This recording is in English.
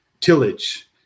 tillage